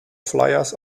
flyers